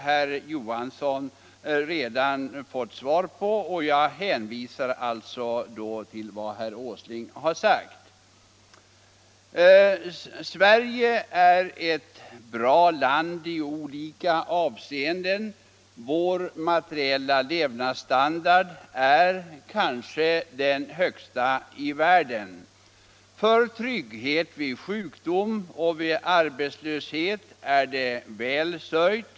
Herr Johansson har ju redan fått svaret — jag kan som sagt hänvisa till vad herr Åsling anförde i sitt inlägg. Sverige är ett bra land i olika avseenden. Vår materiella levnadsstandard är kanske den högsta i världen. För trygghet vid sjukdom och arbetslöshet är det väl sörjt.